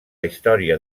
història